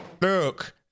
Look